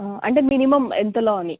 అంటే మినిమమ్ ఎంతలో అని